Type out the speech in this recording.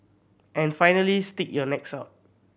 and finally stick your necks out